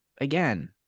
again